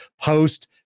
post